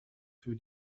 für